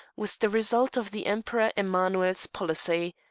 was the result of the emperor emanuel's policy.